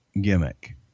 gimmick